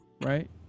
right